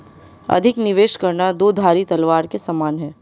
अधिक निवेश करना दो धारी तलवार के समान है